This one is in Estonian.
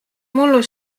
mullu